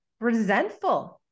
resentful